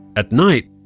at night,